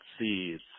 seeds